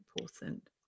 important